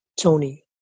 Tony